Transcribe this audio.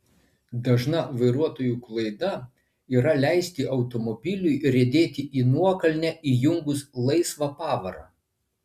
dažna vairuotojų klaida yra leisti automobiliui riedėti į nuokalnę įjungus laisvą pavarą